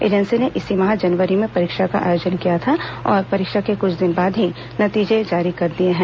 agency ने इसी माह जनवरी में परीक्षा का आयोजन किया था और परीक्षा के कुछ दिन बाद ही नतीजे जारी कर दिए हैं